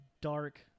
dark